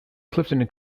clifton